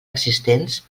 existents